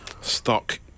Stock